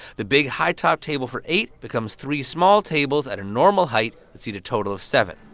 the big high-top table for eight becomes three small tables at a normal height that seat a total of seven.